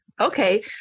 Okay